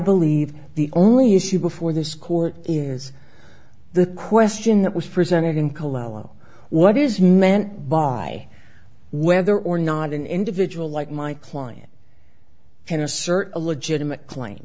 believe the only issue before this court is the question that was presented in cologne what is meant by whether or not an individual like my client i can assert a legitimate cla